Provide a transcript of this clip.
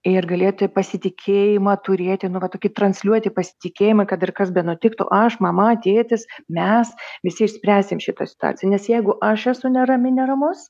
ir galėti pasitikėjimą turėti nu vat tokį transliuoti pasitikėjimą kad ir kas benutiktų aš mama tėtis mes visi išspręsim šitoj situacijoj nes jeigu aš esu nerami neramus